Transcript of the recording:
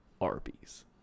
Arby's